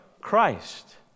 Christ